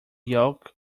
yolk